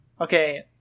Okay